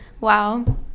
wow